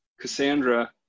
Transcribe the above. Cassandra